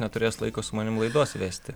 neturės laiko su manim laidos vesti